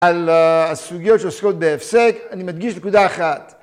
על הסוגיות שעוסקות בהפסק, אני מדגיש נקודה אחת.